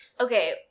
Okay